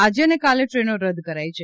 આજે અને કાલે ટ્રેનો રદ કરાઇ છે